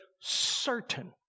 certain